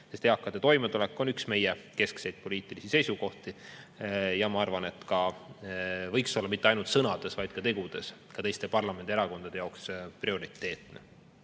sest eakate toimetulek on üks meie keskseid poliitilisi seisukohti. Ma arvan, et see võiks olla mitte ainult sõnades, vaid ka tegudes teistegi parlamendierakondade jaoks prioriteetne. Nii